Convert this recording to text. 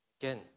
again